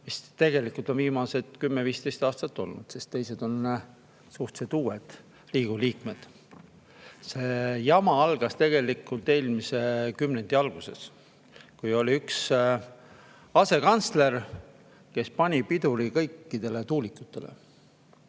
mis tegelikult on viimased 10–15 aastat toimunud, sest teised on suhteliselt uued Riigikogu liikmed. Jama algas tegelikult eelmise kümnendi alguses, kui oli üks asekantsler, kes pani kõikidele tuulikutele